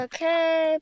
Okay